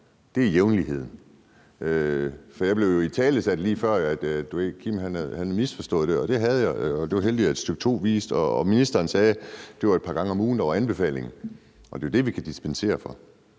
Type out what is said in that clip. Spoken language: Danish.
Det er jævnligheden. Det blev jo italesat lige før, at jeg havde misforstået det, og det havde jeg, og det var heldigt, at stk. 2 viste og ministeren sagde, at det var et par gange om ugen, der var anbefalingen. Det er jo det, vi kan dispensere fra.